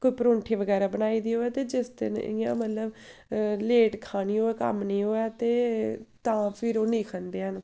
कोई परौंठी बगैरा बनाई दी होऐ ते जिस्स दिन इ'यां मतलब लेट खानी होऐ कम्म नेईं होऐ ते तां फिर ओह् नेईं खंदे हैन